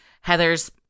Heather's